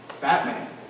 Batman